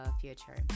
future